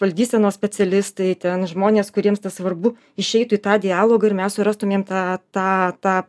valdysenos specialistai ten žmonės kuriems tas svarbu išeitų į tą dialogą ir mes surastumėm tą tą tą